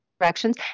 directions